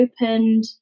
opened